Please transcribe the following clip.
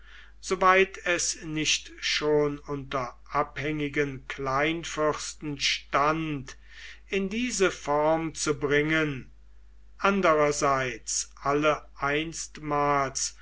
weit es nicht schon unter abhängigen kleinfürsten stand in diese form zu bringen andererseits alle einstmals